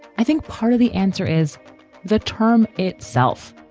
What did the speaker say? i think part of the answer is the term itself.